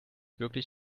wirklich